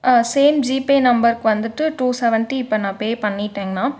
ஆ same GPay நம்பருக்கு வந்துட்டு two seventy இப்போ நான் பே பண்ணிட்டங்ண்ணா